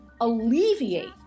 alleviate